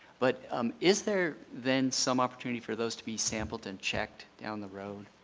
but um is there then some opportunity for those to be sampled and checked down the road?